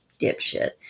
dipshit